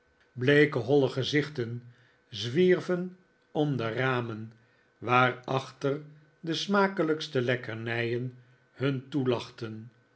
bleeke holle gezichten zwierven om de ramen waarachter de smakelijkste lekkernijen hun toelachten